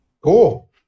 Cool